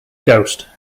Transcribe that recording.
ghost